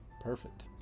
Perfect